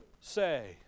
Say